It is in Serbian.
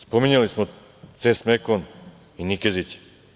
Spominjali smo „CES Mekon“ i Nikezića.